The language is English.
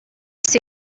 see